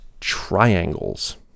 triangles